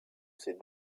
ces